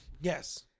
Yes